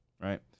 Right